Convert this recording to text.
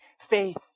faith